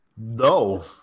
No